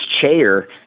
chair